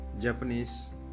Japanese